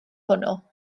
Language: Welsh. hwnnw